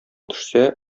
төшсә